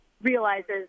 realizes